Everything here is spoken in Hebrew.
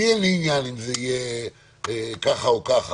אין לי עניין אם זה יהיה כך או כך,